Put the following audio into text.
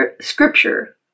scripture